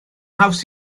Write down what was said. haws